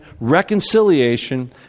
reconciliation